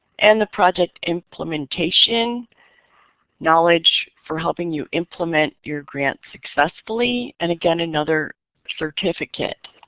and the project implementation knowledge for helping you implement your grant successfully and again another certificate.